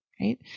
Right